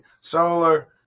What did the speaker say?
solar